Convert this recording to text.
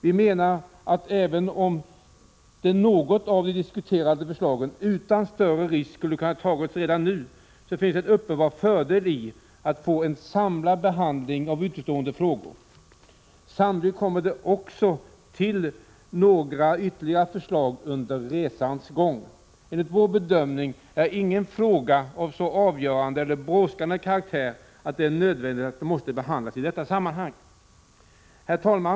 Vi menar att även om något av de diskuterade förslagen utan större risk kunde ha antagits redan nu, finns det en uppenbar fördel i att få en samlad behandling av utestående frågor. Sannolikt kommer det också till några ytterligare förslag under resans gång. Enligt vår bedömning är ingen fråga av så avgörande eller brådskande karaktär att den nödvändigtvis måste behandlas i detta sammanhang. Herr talman!